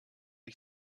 ich